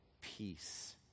peace